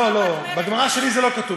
לא, לא, בגמרא שלי זה לא כתוב.